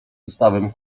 zestawem